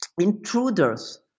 intruders